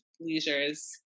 Leisure's